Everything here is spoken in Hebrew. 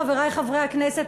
חברי חברי הכנסת,